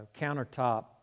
countertop